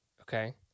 Okay